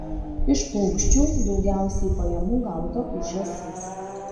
iš paukščių daugiausiai pajamų gauta už žąsis